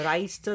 Rice